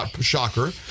shocker